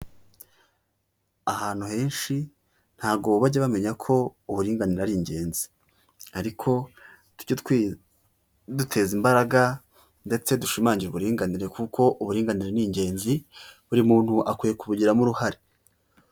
Ahantu henshi, ntago bajya bamenya ko, uburinganire ari ingenzi. Ariko tuge duteza imbaraga, ndetse dushimangire uburinganire, kuko uburinganire ni ingenzi, buri muntu akwiye kubugiramo uruhare.